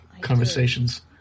conversations